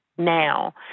Now